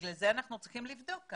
לכן אנחנו צריכים לבדוק.